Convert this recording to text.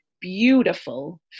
beautiful